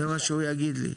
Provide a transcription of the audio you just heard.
זה מה שהוא יגיד לי.